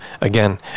Again